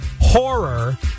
horror